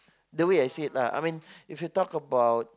the way I said lah I mean if you talk about